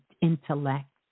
intellect